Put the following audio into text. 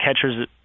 catchers